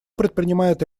предпринимает